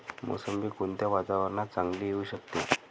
मोसंबी कोणत्या वातावरणात चांगली येऊ शकते?